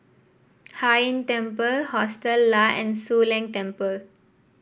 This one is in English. Hai Inn Temple Hostel Lah and Soon Leng Temple